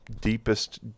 deepest